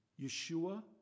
Yeshua